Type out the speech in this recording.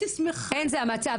אין זה המצב,